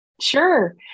Sure